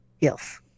Yes